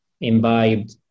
imbibed